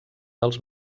dels